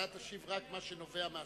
אתה תשיב רק על מה שנובע מהשאלה.